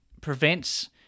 prevents